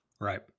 Right